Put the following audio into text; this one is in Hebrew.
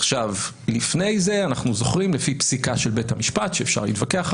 אבל מראש חצי מההחלטות, אם לא יותר, לא יתקבלו